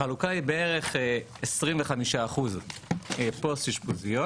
החלוקה היא בערך 25% פוסט אשפוזיות